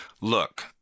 look